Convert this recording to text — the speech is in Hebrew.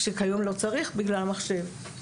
שכיום לא צריך בגלל המחשב.